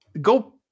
go